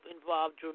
involved